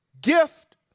gift